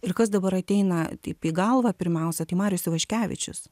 ir kas dabar ateina taip į galvą pirmiausia tai marius ivaškevičius